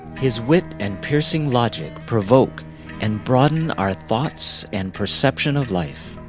his wit and piercing logic provoke and broaden our thoughts and perception of life.